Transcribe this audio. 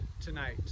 tonight